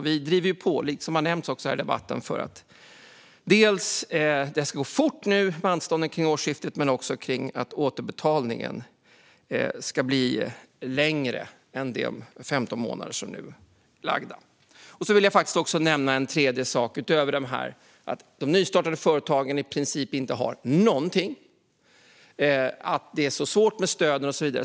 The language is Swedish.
Vi driver på, så som har nämnts här i debatten, dels för att det ska gå fort med anstånden kring årsskiftet, dels för att återbetalningstiden ska bli längre än de 15 månader som nu gäller. Jag vill också nämna en tredje sak, utöver att de nystartade företagen i princip inte har någonting och att det är så svårt med stöden och så vidare.